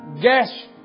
gas